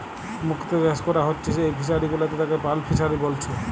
মুক্ত চাষ কোরা হচ্ছে যেই ফিশারি গুলাতে তাকে পার্ল ফিসারী বলছে